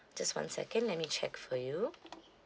just one second let me check for you